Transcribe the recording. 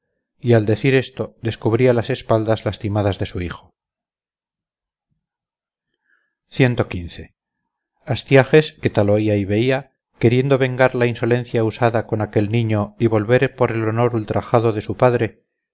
y al decir esto descubría las espaldas lastimadas de su hijo astiages que tal oía y veía queriendo vengar la insolencia usada con aquel niño y volver por el honor ultrajado de su padre